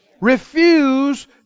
Refuse